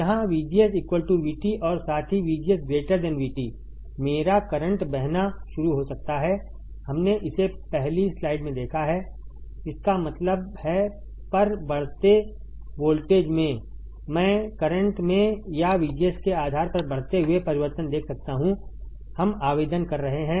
जहां VGS VT और साथ ही VGS VT मेरा करंट बहना शुरू हो सकता है हमने इसे पहली स्लाइड में देखा है इसका मतलब है पर बढ़ते वोल्टेज मैं करंट में या VGS के आधार पर बढ़ते हुए परिवर्तन देख सकता हूं हम आवेदन कर रहे हैं